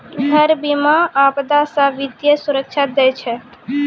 घर बीमा, आपदा से वित्तीय सुरक्षा दै छै